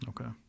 Okay